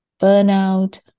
burnout